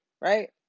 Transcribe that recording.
right